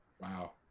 Wow